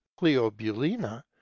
cleobulina